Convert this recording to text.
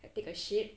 I take a shit